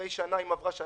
אם עברה שנה,